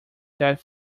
that